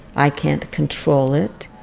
i can't control it.